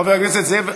חבר הכנסת זאב,